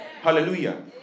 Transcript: Hallelujah